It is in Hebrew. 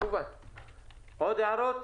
עוד הערות?